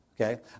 okay